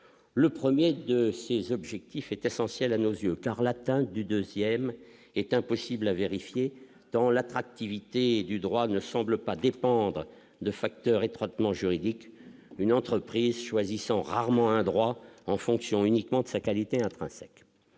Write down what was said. le 1er de ces objectifs est essentielle à nos yeux, car l'latin du 2ème est impossible à vérifier dans l'attractivité du droit ne semble pas dépendre de facteurs étroitement juridique, une entreprise choisissant rarement un droit en fonction uniquement de sa qualité intrinsèque